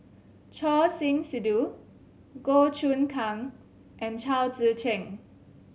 Choor Singh Sidhu Goh Choon Kang and Chao Tzee Cheng